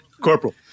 Corporal